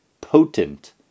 potent